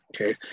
okay